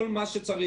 כל מה שצריך,